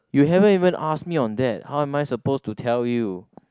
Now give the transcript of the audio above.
you haven't even ask me on that how am I supposed to tell you